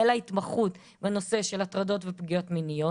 לה התמחות בנושא של הטרדות ופגיעות מיניות.